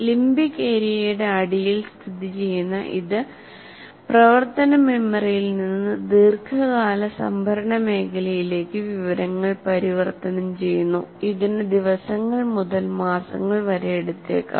limbic ഏരിയയുടെ അടിയിൽ സ്ഥിതിചെയ്യുന്ന ഇത് പ്രവർത്തന മെമ്മറിയിൽ നിന്ന് ദീർഘകാല സംഭരണ മേഖലയിലേക്ക് വിവരങ്ങൾ പരിവർത്തനം ചെയ്യുന്നു ഇതിന് ദിവസങ്ങൾ മുതൽ മാസങ്ങൾ വരെ എടുത്തേക്കാം